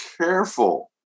careful